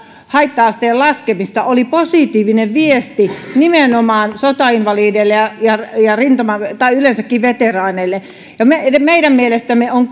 haitta asteen laskemista oli positiivinen viesti nimenomaan sotainvalideille ja ja yleensäkin veteraaneille meidän mielestämme on